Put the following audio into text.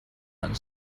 and